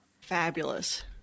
Fabulous